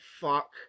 fuck